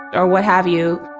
or what have you.